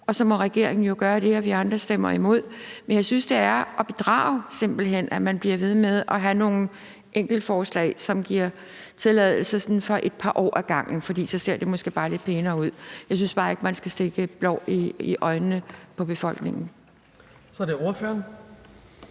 Så må regeringen jo gøre det, mens vi andre stemmer imod. Jeg synes simpelt hen, det er at bedrage, at man bliver ved med at have nogle enkeltforslag, som giver tilladelse sådan for et par år ad gangen, for så ser det måske bare lidt pænere ud. Jeg synes bare ikke, man skal stikke blår i øjnene på befolkningen. Kl. 14:34 Den